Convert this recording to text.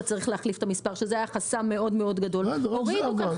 צריך להחליף מספר שזה היה חסם מאוד גדול זה עזר.